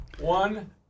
One